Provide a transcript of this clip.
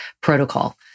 protocol